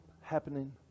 happening